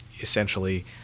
Essentially